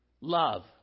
love